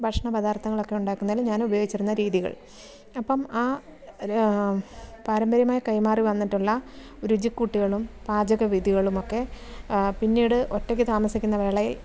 ഭക്ഷണ പദാർത്ഥങ്ങളക്കെ ഉണ്ടാക്കുന്നതിന് ഞാൻ ഉപയോഗിച്ചിരുന്ന രീതികൾ അപ്പം ആ പാരമ്പര്യമായി കൈമാറി വന്നിട്ടുള്ള രുചിക്കൂട്ടുകളും പാചക വിധികളുമൊക്കെ പിന്നീട് ഒറ്റക്ക് താമസിക്കുന്ന വേളയിൽ